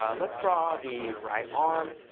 ah let's draw the right arm,